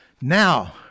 Now